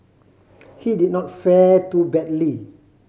he did not fare too badly